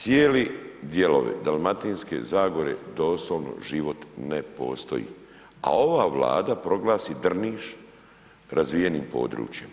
Cijeli dijelovi Dalmatinske zagore doslovno život ne postoji, a ova Vlada proglasi Drniš razvijenim područjem,